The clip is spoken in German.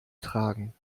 tragen